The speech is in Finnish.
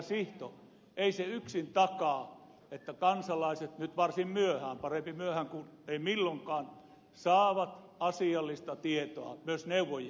sihto ei se yksin takaa että kansalaiset nyt varsin myöhään parempi myöhään kuin ei milloinkaan saavat asiallista tietoa myös neuvojien kautta